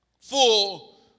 Full